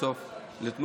בסוף לתמוך.